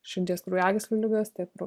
širdies kraujagyslių ligas tiek